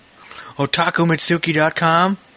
otakumitsuki.com